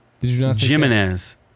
Jimenez